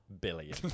billion